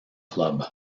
club